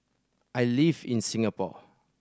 I live in Singapore